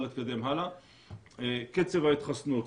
קצב ההתחסנות.